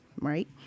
right